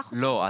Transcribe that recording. לא,